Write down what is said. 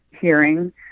hearing